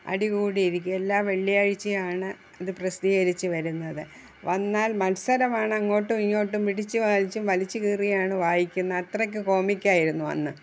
അടികൂടിയിരിക്കും എല്ലാ വെള്ളിയാഴ്ചയാണ് ഇതു പ്രസിദ്ധീകരിച്ചു വരുന്നത് വന്നാൽ മത്സരമാണ് അങ്ങോട്ടും ഇങ്ങോട്ടും പിടിച്ചു വലിച്ചു വലിച്ച് കീറിയാണ് വായിക്കുന്നത് അത്രക്ക് കോമിക്കായിരുന്നു അന്ന്